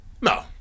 No